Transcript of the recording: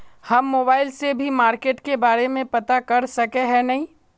हम मोबाईल से भी मार्केट के बारे में पता कर सके है नय?